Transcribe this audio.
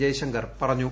ജയ്ശങ്കർ പറഞ്ഞു